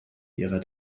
ihrer